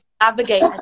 navigate